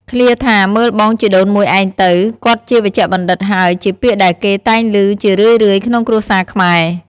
ឃ្លាថា “មើលបងជីដូនមួយឯងទៅ គាត់ជាវេជ្ជបណ្ឌិតហើយ” ជាពាក្យដែលគេតែងឮជារឿយៗក្នុងគ្រួសារខ្មែរ។